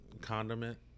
condiment